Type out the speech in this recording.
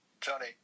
Johnny